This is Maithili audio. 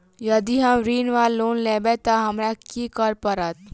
यदि हम ऋण वा लोन लेबै तऽ हमरा की करऽ पड़त?